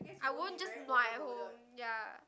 I won't just nua at home ya